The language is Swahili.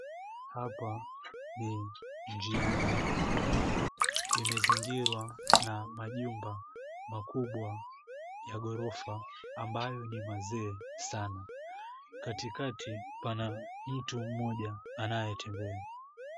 Hapa ni njiani. Imezingirwa na majumba makubwa ya ghorofa ambayo ni mazee sana. Katikati pana mtu mmoja anayetembea.